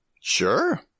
Sure